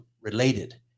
related